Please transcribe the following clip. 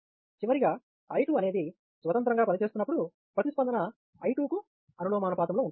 చివరగా I2 అనేది స్వతంత్రంగా పనిచేస్తున్నప్పుడు ప్రతిస్పందన I2 అనులోమానుపాతంలో ఉంటుంది